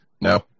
no